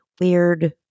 weird